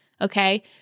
Okay